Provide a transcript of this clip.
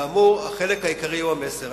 כאמור, החלק העיקרי הוא המסר.